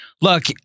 look